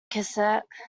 cassette